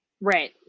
Right